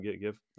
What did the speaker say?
give